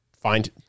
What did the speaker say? find